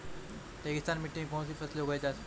रेगिस्तानी मिट्टी में कौनसी फसलें उगाई जा सकती हैं?